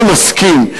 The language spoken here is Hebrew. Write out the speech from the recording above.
אני מסכים.